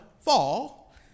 fall